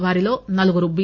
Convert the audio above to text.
వారిలో నలుగురు బి